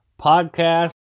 Podcast